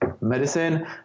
medicine